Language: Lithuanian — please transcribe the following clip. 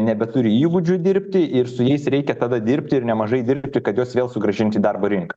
nebeturi įgūdžių dirbti ir su jais reikia tada dirbti ir nemažai dirbti kad juos vėl sugrąžint į darbo rinką